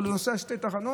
אבל הוא נוסע שתי תחנות,